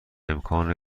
امکان